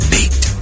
Beat